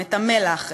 את המלח,